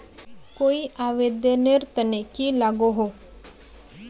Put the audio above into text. कोई आवेदन नेर तने की लागोहो?